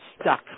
stuck